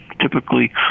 typically